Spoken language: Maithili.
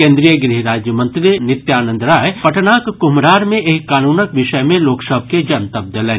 केन्द्रीय गृह राज्य मंत्री नित्यानंद राय पटनाक कुम्हरार मे एहि कानूनक विषय मे लोक सभ के जनतब देलनि